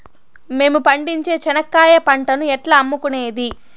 మేము పండించే చెనక్కాయ పంటను ఎట్లా అమ్ముకునేది?